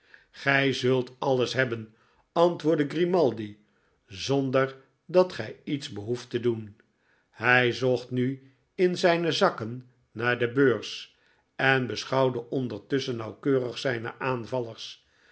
gij zult alles hebben antwoordde grimaldi zonder dat gij iets behoeft te doen hij zocht nu in zijne zakken naar de beurs en beschouwde ondertusschen nauwkeurig zijne aanvallers